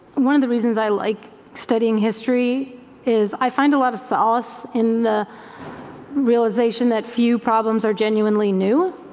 one of the reasons i like studying history is i find a lot of solace in the realization that few problems are genuinely new.